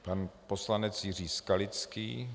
Pan poslanec Jiří Skalický.